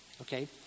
okay